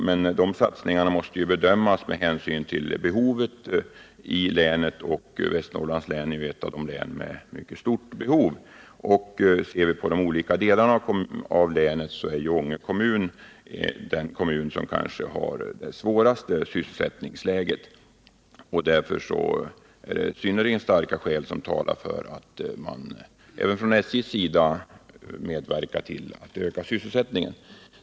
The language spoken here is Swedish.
Men de satsningarna måste bedömas i förhållande till behovet i länet, och Västernorrlands län är ett av de län som har ett mycket stort behov. Ser vi på de olika delarna av länet är Ånge kommun den som har det svåraste sysselsättningsläget. Därför talar synnerligen starka skäl för att även SJ medverkar till att öka sysselsättningen.